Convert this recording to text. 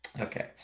Okay